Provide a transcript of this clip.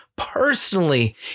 personally